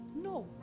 No